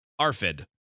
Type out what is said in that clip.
ARFID